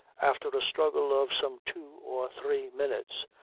after a struggle of some two or three minutes,